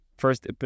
First